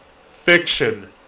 fiction